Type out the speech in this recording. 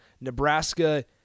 Nebraska